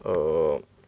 err